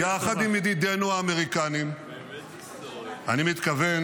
יחד עם ידידינו האמריקנים אני מתכוון